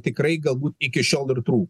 tikrai galbūt iki šiol ir trūko